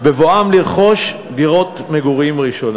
בבואם לרכוש דירת מגורים ראשונה.